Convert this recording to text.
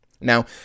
Now